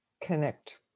connect